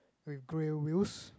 with grey wheels